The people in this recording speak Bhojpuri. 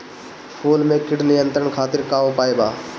फूल में कीट नियंत्रण खातिर का उपाय बा?